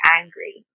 angry